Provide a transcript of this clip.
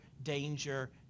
danger